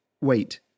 wait